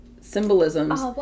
symbolisms